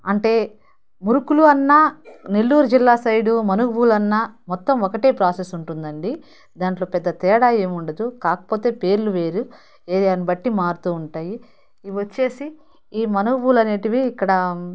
అంటే మురుకులు అన్నా నెల్లూరు జిల్లా సైడ్ మనువులు అన్నా మొత్తం ఒకటే ప్రాసెస్ ఉంటుంది అండి దాంట్లో పెద్ద తేడా ఏం ఉండదు కాకపోతే పేర్లు వేరు ఏరియాని బట్టి మారుతూ ఉంటాయి ఇవి వచ్చేసి ఈ మనువులు అనేటివి ఇక్కడ